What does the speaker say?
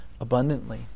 abundantly